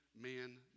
man